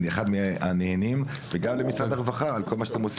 אני אחד מהנהנים וגם למשרד הרווחה על כל מה שאתם עושים.